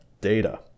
data